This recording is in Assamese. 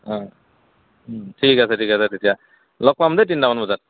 অঁ ঠিক আছে ঠিক আছে তেতিয়া লগ পাম দেই তিনিটা মান বজাত